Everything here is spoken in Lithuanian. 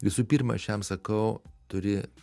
visų pirma aš jam sakau turi